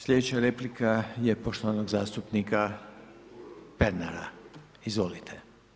Slijedeća replika je poštovanog zastupnika Pernara, izvolite.